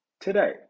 today